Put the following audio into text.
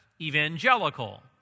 evangelical